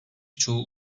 çoğu